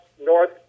north